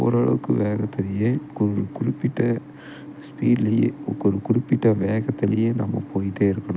ஓரளவுக்கு வேகத்திலியே ஒரு குறிப்பிட்ட ஸ்பீட்லையே ஒரு ஒரு குறிப்பிட்ட வேகத்திலையே நம்ம போயிகிட்டே இருக்கணும்